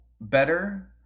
better